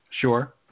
Sure